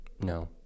No